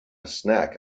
snack